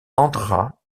andhra